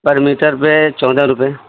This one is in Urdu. پر میٹر پہ چودہ روپئے